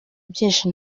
byinshi